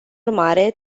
urmare